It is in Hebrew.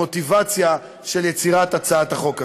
המוטיבציה של יצירת הצעת החוק הזאת.